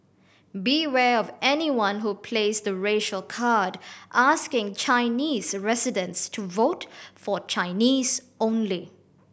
beware of anyone who plays the racial card asking Chinese residents to vote for Chinese only